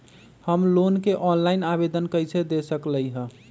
हम लोन के ऑनलाइन आवेदन कईसे दे सकलई ह?